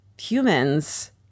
humans